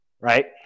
Right